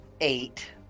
eight